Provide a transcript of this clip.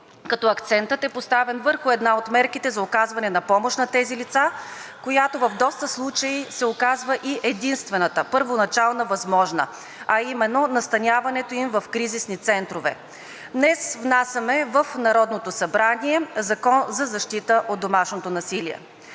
като акцентът е поставен върху една от мерките за оказване на помощ на тези лица, която в доста случаи се оказва и единствената първоначална възможна, а именно настаняването им в кризисни центрове. Днес внасяме в Народното събрание Закон за защита от домашното насилие.